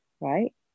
right